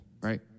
Right